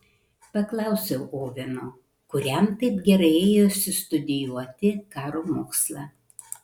paklausiau oveno kuriam taip gerai ėjosi studijuoti karo mokslą